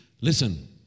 Listen